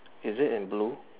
is it in blue